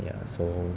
ya so